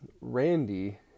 Randy